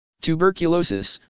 Tuberculosis